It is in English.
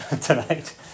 tonight